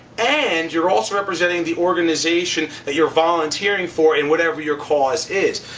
and you're also representing the organization that you're volunteering for and whatever your cause is.